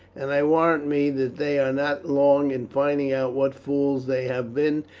and i warrant me that they are not long in finding out what fools they have been,